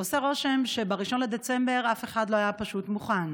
עושה רושם שב-1 בדצמבר אף אחד לא היה פשוט מוכן.